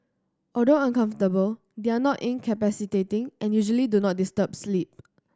although uncomfortable they are not incapacitating and usually do not disturb sleep